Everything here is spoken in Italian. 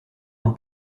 non